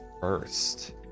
first